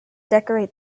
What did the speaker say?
decorate